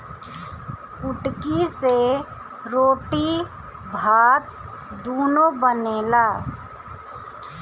कुटकी से रोटी भात दूनो बनेला